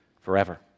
forever